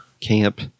camp